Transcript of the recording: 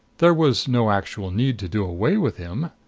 there was no actual need to do away with him.